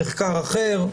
במחקר אחר,